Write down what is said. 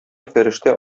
фәрештә